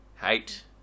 Hate